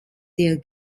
der